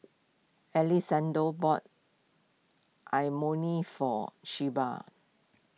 Alessandro bought Imoni for Shelbi